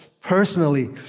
personally